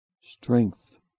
strength